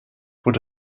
would